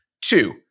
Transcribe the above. Two